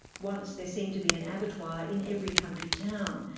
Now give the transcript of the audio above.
once there seemed to be an abattoir in every country town,